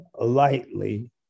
lightly